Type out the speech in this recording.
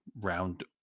round